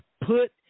put